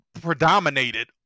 predominated